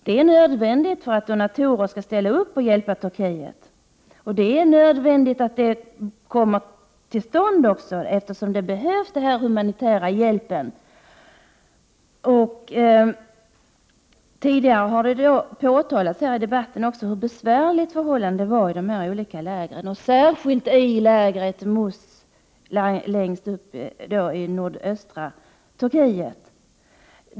Det är nödvändigt för att donatorer skall ställa upp och hjälpa Turkiet. Det är nödvändigt att donationerna kommer till stånd, eftersom den humanitära hjälpen behövs. Tidigare i debatten har det också påtalats hur besvärliga förhållandena var i de olika lägren, särskilt i MUS-lägret längst upp i nordöstra Turkiet.